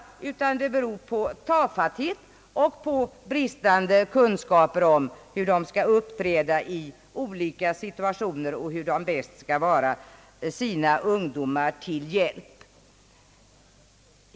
Det beror i stället oftast på tafatthet och bristande kunskaper hos föräldrarna om hur de skall uppträda i olika situationer och hur de bäst skall vara sina barn till hjälp.